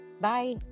bye